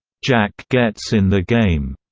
jack gets in the game,